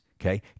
Okay